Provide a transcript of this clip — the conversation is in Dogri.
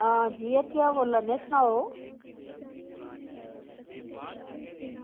आं जी हट्टिया बोल्ला नै सनाओ